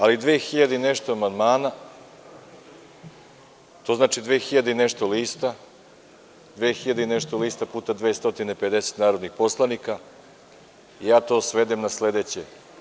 Ali 2000 i nešto amandmana znači 2000 i nešto lista, 2000 i nešto lista puta 250 narodnih poslanika ja to svedem na sledeće.